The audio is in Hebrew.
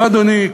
לא, אדוני.